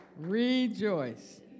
Rejoice